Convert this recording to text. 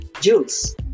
juice